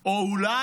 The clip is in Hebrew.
או שאולי,